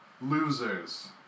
losers